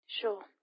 Sure